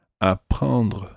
Apprendre